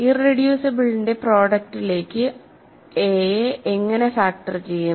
ഇറെഡ്യൂസിബിളിന്റെ പ്രൊഡക്ടിലേക്കു എ യെ എങ്ങനെ ഫാക്ടർ ചെയ്യും